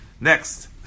Next